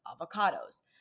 avocados